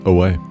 Away